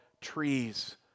trees